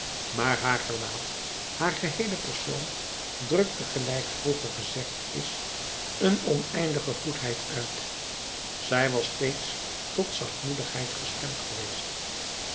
maar haar gelaat haar geheele persoon drukte gelijk vroeger gezegd is een oneindige goedheid uit zij was steeds tot zachtmoedigheid gestemd geweest